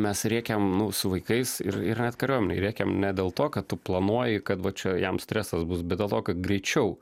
mes rėkiam nu su vaikais ir ir net kariuomenėj rėkiam ne dėl to kad tu planuoji kad va čia jam stresas bus bet dėl to kad greičiau